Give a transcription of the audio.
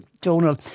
Donal